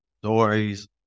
Stories